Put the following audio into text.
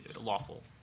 lawful